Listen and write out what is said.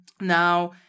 Now